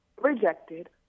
rejected